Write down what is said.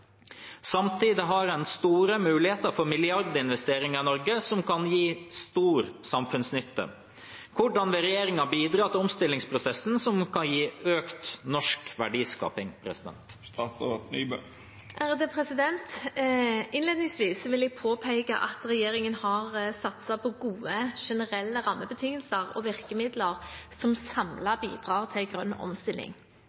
Samtidig har man store muligheter for milliardinvesteringer i Norge som kan gi stor samfunnsnytte. Hvordan vil regjeringen bidra til omstillingsprosessen som kan gi økt norsk verdiskaping?» Innledningsvis vil jeg påpeke at regjeringen har satset på gode generelle rammebetingelser og virkemidler som